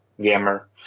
gamer